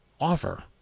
offer